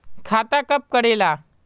खाता कब करेला?